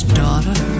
daughter